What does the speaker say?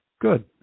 good